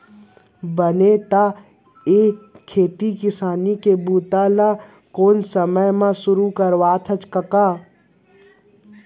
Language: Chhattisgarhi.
बने त ए खेती किसानी के बूता ल कोन समे सुरू करथा कका?